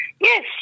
Yes